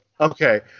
Okay